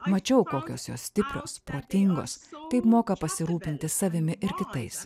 mačiau kokios jos stipros protingos kaip moka pasirūpinti savimi ir kitais